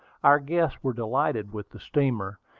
our guests were delighted with the steamer.